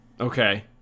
Okay